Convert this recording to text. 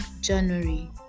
january